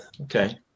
Okay